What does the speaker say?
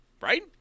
Right